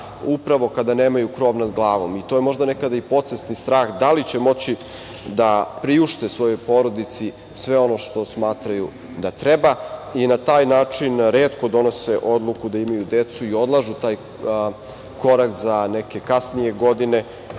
upravo kada nemaju krov nad glavom i to je možda nekada i podsvesni strah da li će moći da priušte svojoj porodici sve ono što smatraju da treba i na taj način retko donose odluku da imaju decu i odlažu taj krak za neke kasnije